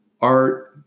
Art